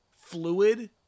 fluid